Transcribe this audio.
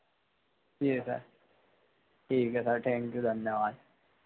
ठीक है सर ठीक है सर थैंक यू धन्यवाद